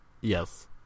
Yes